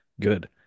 good